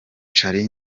charly